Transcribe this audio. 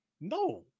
No